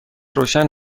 روشن